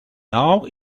now